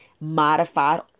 modified